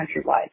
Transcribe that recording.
countrywide